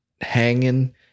hanging